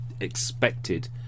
expected